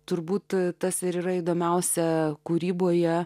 turbūt tas ir yra įdomiausia kūryboje